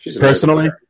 personally